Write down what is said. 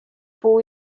puu